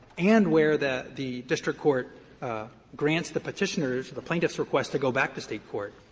and where the the district court grants the petitioner's the plaintiff's request to go back to state court,